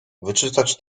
wyczytać